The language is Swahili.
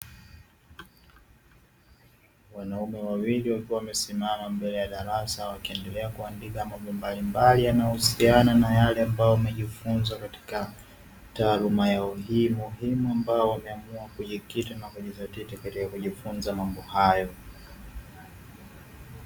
Wanaume wawili wakiwa wamesimama mbele ya darasa, wakiendelea kuandika mambo mbalimbali yanayohusiana na yale ambayo wamejifunza katika taaluma yao hii muhimu ambayo wameamua kujikita na kujidhatiti katika mambo hayo.